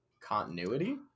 continuity